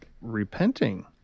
repenting